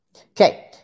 Okay